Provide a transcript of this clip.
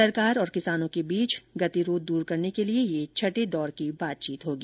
सरकार और किसानों के बीच गतिरोध दूर करने के लिए यह छठे दौर की बातचीत होगी